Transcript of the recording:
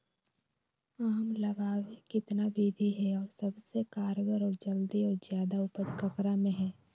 आम लगावे कितना विधि है, और सबसे कारगर और जल्दी और ज्यादा उपज ककरा में है?